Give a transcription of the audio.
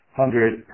hundred